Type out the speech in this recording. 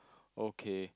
okay